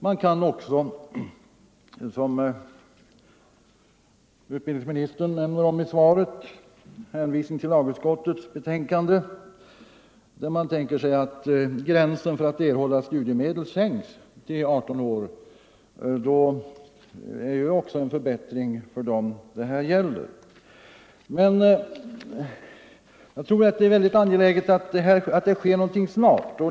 Man kan också, som utbildningsministern nämner i sitt svar med hänvisning till lagutskottets betänkande, tänka sig att gränsen för erhållande av studiemedel sänks till 18 år. Det är ju också en förbättring för dem det här gäller. Jag tror emellertid att det är mycket angeläget att det sker någonting snart.